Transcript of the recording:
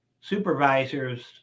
supervisors